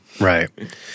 right